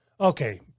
Okay